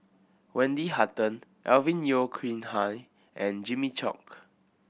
Wendy Hutton Alvin Yeo Khirn Hai and Jimmy Chok